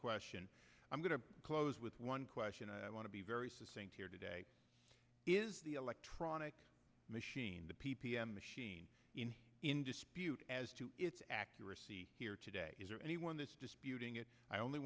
question i'm going to close with one question i want to be very succinct here today is the electronic machine the p p m machine in dispute as to its accuracy here today is there anyone this disputing it i only